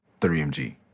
3MG